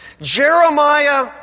Jeremiah